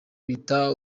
bita